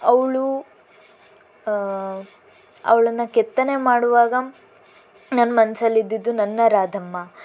ಅವಳು ಅವಳನ್ನು ಕೆತ್ತನೆ ಮಾಡುವಾಗ ನನ್ನ ಮನಸ್ಸಲ್ಲಿದ್ದಿದ್ದು ನನ್ನ ರಾಧಮ್ಮ